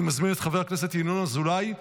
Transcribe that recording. אני מזמין את חבר הכנסת ינון אזולאי,